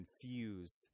confused